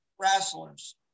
wrestlers